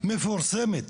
מפורסמת